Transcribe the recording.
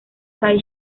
kai